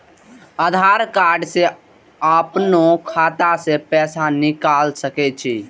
आधार कार्ड से अपनो खाता से पैसा निकाल सके छी?